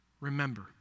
Remember